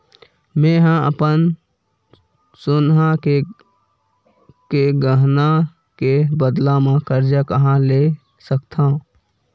मेंहा अपन सोनहा के गहना के बदला मा कर्जा कहाँ ले सकथव?